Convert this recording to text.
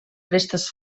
restes